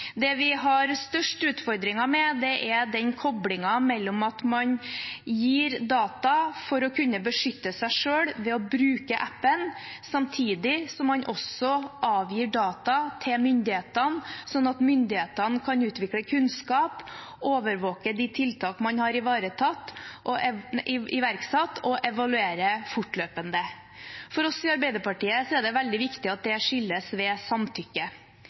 Det vi har størst utfordringer med, er koblingen mellom at man gir data for å kunne beskytte seg selv ved å bruke appen og samtidig avgir data til myndighetene, slik at myndighetene kan utvikle kunnskap, overvåke de tiltakene man har iverksatt, og evaluere fortløpende. For oss i Arbeiderpartiet er det veldig viktig at det skilles ved samtykke.